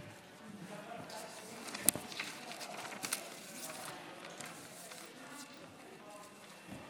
שמעתי בקשב רב את רוב הדוברים ואת רוב